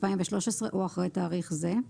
2013 או אחרי תאריך זה,